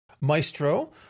Maestro